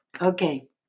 Okay